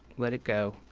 let it go.